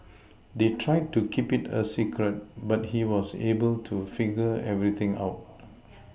they tried to keep it a secret but he was able to figure everything out